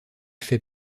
fait